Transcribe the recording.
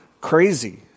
Crazy